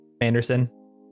Anderson